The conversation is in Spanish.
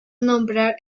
nombrar